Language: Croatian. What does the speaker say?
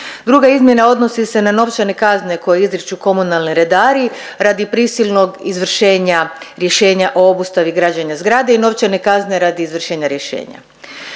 Druga izmjena odnosi se na novčane kazne koje izriču komunalni redari radi prisilnog izvršenja rješenja o obustavi građenja zgrade i novčane kazne radi izvršenja rješenja.